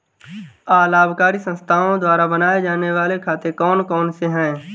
अलाभकारी संस्थाओं द्वारा बनाए जाने वाले खाते कौन कौनसे हैं?